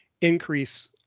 increase